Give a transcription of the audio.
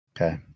Okay